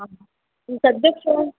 ಹಾಂ ಈಗ ಸದ್ಯಕ್ಕೆ